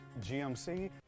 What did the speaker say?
GMC